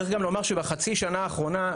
צריך גם לומר שבחצי שנה האחרונה,